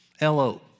L-O